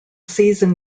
season